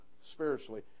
spiritually